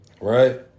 right